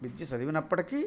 విద్య చదివినప్పటికీ